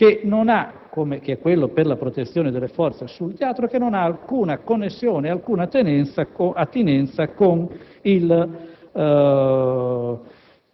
quello per la protezione delle forze sul teatro, che non ha alcuna connessione o attinenza con il